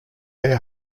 their